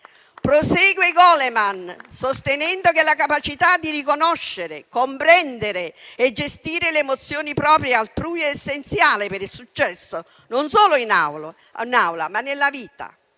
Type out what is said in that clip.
prosegue sostenendo che la capacità di riconoscere, comprendere e gestire le emozioni proprie e altrui è essenziale per il successo non solo in aula, ma nella vita.